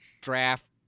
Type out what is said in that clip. draft